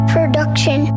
Production